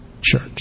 church